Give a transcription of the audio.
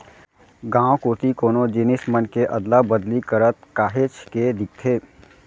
गाँव कोती कोनो जिनिस मन के अदला बदली करत काहेच के दिखथे